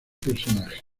personaje